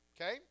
Okay